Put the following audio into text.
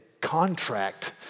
contract